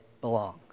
belong